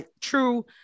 true